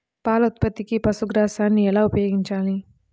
పాల ఉత్పత్తికి పశుగ్రాసాన్ని ఎలా ఉపయోగించాలి?